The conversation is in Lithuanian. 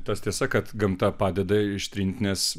tas tiesa kad gamta padeda ištrint nes